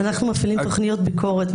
אנחנו מפעילים תוכניות ביקורת,